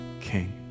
king